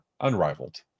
unrivaled